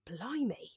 blimey